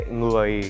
người